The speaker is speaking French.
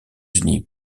unis